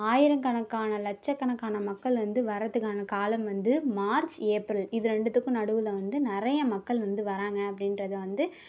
ஆயிரக்கணக்கான லட்சக்கணக்கான மக்கள் வந்து வரதுக்கான காலம் வந்து மார்ச் ஏப்ரல் இது ரெண்டுத்துக்கும் நடுவில் வந்து நிறைய மக்கள் வந்து வராங்க அப்படின்றத வந்து